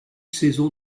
saison